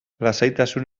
lasaitasun